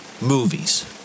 movies